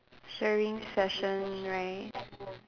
sharing session right